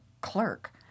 clerk